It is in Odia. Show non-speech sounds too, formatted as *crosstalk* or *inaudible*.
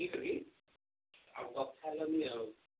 *unintelligible* ଆଉ କଥା ହେଲନି ଆଉ